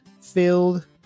Filled